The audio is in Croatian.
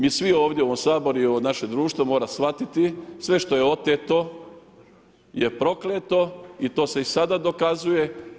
Mi svi ovdje u ovom Saboru i ovo naše društvo mora shvatiti, sve što je oteto je prokleto i to se i sada dokazuje.